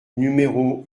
numéro